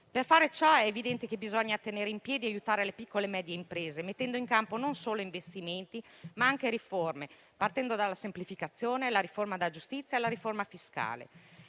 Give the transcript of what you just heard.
Per fare ciò è evidente che bisogna tenere in piedi e aiutare le piccole e medie imprese, mettendo in campo non solo investimenti, ma anche riforme, partendo dalla semplificazione e dalla riforma della giustizia e fiscale.